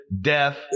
death